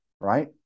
right